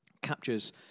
captures